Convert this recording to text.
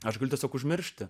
aš galiu tiesiog užmiršti